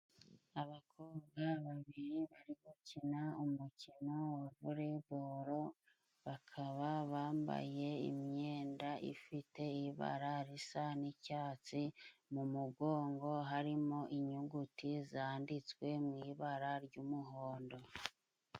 Abakobwa babiri bari gukina umukino wa volebolo, bakaba bambaye imyenda ifite ibara risa n'icyatsi, mu mugongo harimo inyuguti zanditswe mu ibara ry'umuhondo.